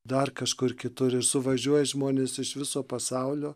dar kažkur kitur ir suvažiuoja žmonės iš viso pasaulio